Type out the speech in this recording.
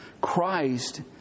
Christ